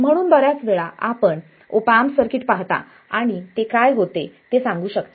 म्हणून बर्याच वेळा आपण ऑप एम्प सर्किट पाहता आणि ते काय होते ते सांगू शकता